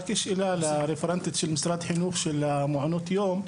שאלה לרפרנטית של משרד החינוך בנושא מעונות יום: